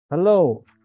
Hello